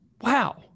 Wow